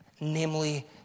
namely